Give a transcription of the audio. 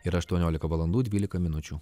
yra aštuoniolika valandų dvylika minučių